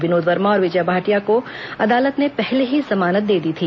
विनोद वर्मा और विजय भाटिया को अदालत ने पहले ही जमानत दे दी थी